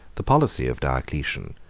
the policy of diocletian,